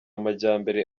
majyambere